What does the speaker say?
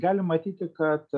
galim matyti kad